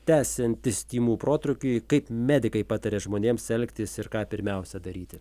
tęsiantis tymų protrūkiui kaip medikai pataria žmonėms elgtis ir ką pirmiausia daryti